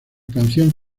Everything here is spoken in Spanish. canción